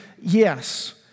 Yes